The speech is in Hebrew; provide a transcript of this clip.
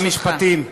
שרת המשפטים,